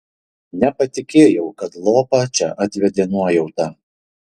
nepatikėjau kad lopą čia atvedė nuojauta